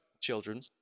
children